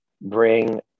bring